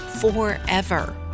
forever